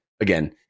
Again